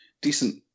decent